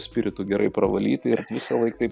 spiritu gerai pravalyti ir visąlaik taip